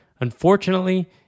Unfortunately